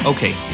Okay